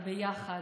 וביחד,